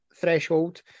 threshold